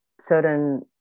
certain